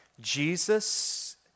Jesus